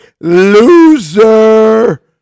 loser